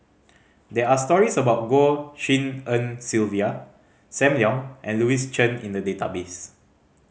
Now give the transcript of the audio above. there are stories about Goh Tshin En Sylvia Sam Leong and Louis Chen in the database